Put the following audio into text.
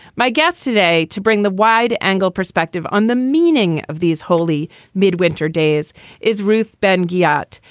my guests today to bring the wide angle perspective on the meaning of these holy midwinter days is ruth. ben gilbert.